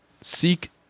Seek